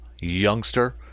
youngster